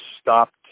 stopped